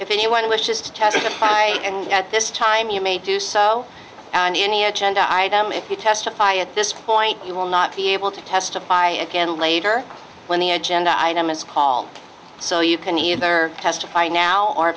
if anyone wishes to tap into my anger at this time you may do so and any agenda item if you testify at this point you will not be able to testify again later when the agenda item is call so you can either testify now or